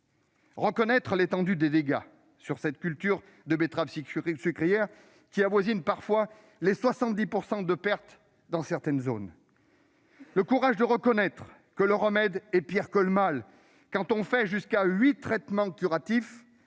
reconnaître l'étendue des dégâts sur la culture de la betterave sucrière, qui avoisinent parfois 70 % dans certaines zones ; le courage de reconnaître que le remède est pire que le mal, quand on fait jusqu'à huit traitements curatifs,